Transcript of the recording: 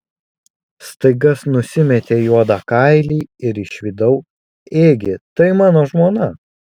staiga nusimetė juodą kailį ir išvydau ėgi tai mano žmona